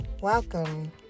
Welcome